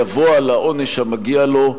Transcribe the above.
יבוא על העונש המגיע לו,